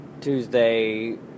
Tuesday